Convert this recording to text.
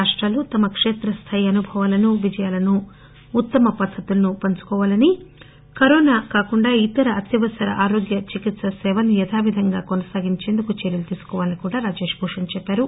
రాష్టాలు తమ కేత్రస్థాయి అనుభవాలను విజయాలను పంచుకోవాలని కోవిడ్ కాకుండా ఇతర అత్యవసర ఆరోగ్య చికిత్ప సేవలను యథావిధంగా కొనసాగించేందుకు చర్యలు తీసుకోవాలని కూడా రాజేష్ భూషణ్ చెప్పారు